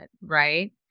right